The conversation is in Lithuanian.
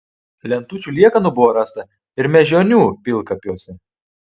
lentučių liekanų buvo rasta ir mėžionių pilkapiuose